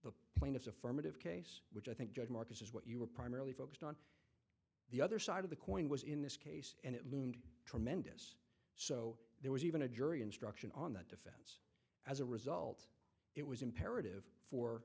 the plaintiffs affirmative case which i think judge marcus is what you were primarily focused on the other side of the coin was in this case and it loomed tremendous so there was even a jury instruction on that defense as a result it was imperative for